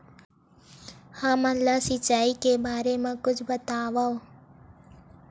हमन ला सिंचाई के बारे मा कुछु बतावव?